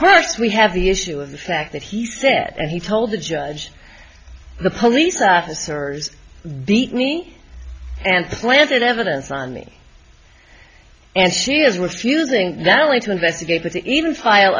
first we have the issue of the fact that he said and he told the judge the police officers beat me and planted evidence on me and she is refusing now only to investigate that even file